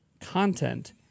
content